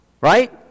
right